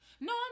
No